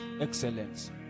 excellence